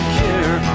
care